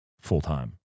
full-time